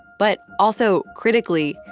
but also critically,